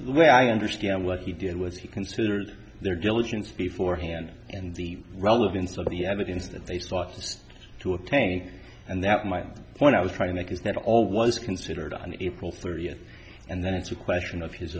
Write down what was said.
e i understand what he did was he considered their diligence before hand and the relevance of the evidence that they sought just to obtain and that my when i was trying to make is that all was considered on april thirtieth and then it's a question of his